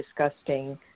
disgusting